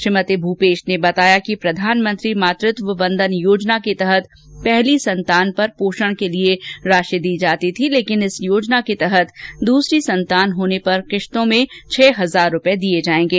श्रीमती भूपेश ने बताया कि प्रधानमंत्री मातृत्व वंदन योजना के तहत पहली संतान पर पोषण के लिए राशि दी जाती थी लेकिन इस योजना के तहत दूसरी संतान पर किस्तों में छह हजार रूपए दिए जाएंगे